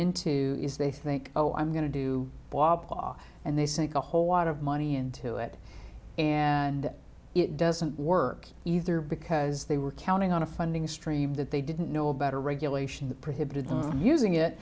into is they think oh i'm going to do wop law and they sink a whole lot of money into it and it doesn't work either because they were counting on a funding stream that they didn't know about a regulation that prohibited them using it